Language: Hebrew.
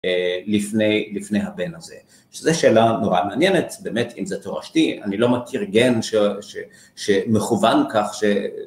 לפני לפני הבן הזה, שזה שאלה נורא מעניינת, באמת אם זה תורשתי, אני לא מכיר גן שמכוון כך